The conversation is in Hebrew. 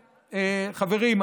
חברים,